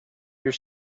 your